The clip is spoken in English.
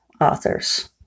authors